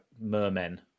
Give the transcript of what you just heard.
mermen